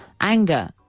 Anger